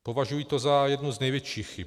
Považuji to za jednu z největších chyb.